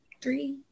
three